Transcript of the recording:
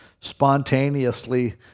spontaneously